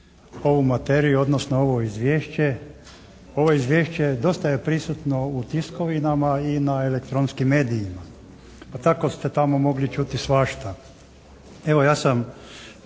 ovo Izvješće dosta je prisutno u tiskovinama i na elektronskim medijima pa tako ste tamo mogli čuti svašta.